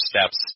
steps